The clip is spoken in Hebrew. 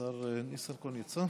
השר ניסנקורן יצא?